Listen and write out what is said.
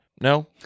No